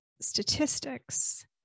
statistics